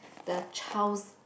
the child's